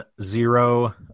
zero